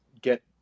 get